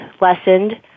lessened